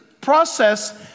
process